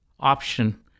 option